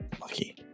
Lucky